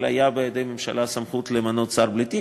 אבל הייתה בידי הממשלה סמכות למנות שר בלי תיק.